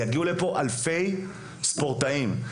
יגיעו לפה אלפי ספורטאים.